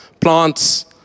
plants